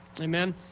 Amen